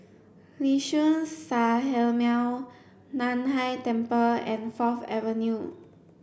Liuxun Sanhemiao Nan Hai Temple and Fourth Avenue